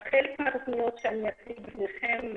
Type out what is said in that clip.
אז חלק מהתוכניות שאני אציג בפניכם,